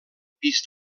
pis